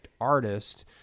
artist